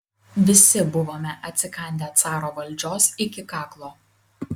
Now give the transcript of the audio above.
visi buvome atsikandę caro valdžios iki kaklo